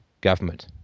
government